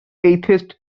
atheist